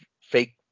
fake